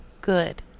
Good